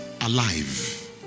alive